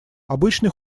обычный